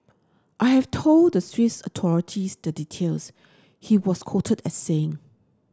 I have told the Swiss authorities the details he was quoted as saying